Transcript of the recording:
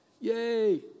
Yay